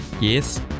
Yes